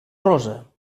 rosa